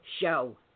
show